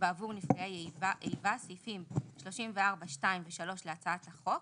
בעבור נפגעי איבה סעיפים 34(2) ו-(3) להצעת החוק,